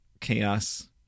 chaos